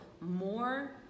more